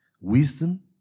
Wisdom